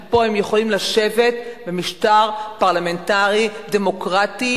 כי פה הם יכולים לשבת במשטר פרלמנטרי דמוקרטי